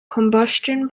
combustion